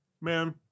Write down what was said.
Man